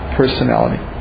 personality